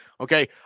Okay